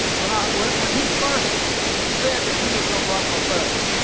when i went when he first said that he was gonna run for president,